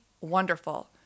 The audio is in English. wonderful